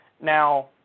now